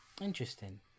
Interesting